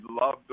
love